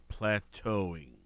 plateauing